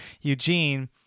Eugene